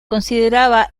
consideraba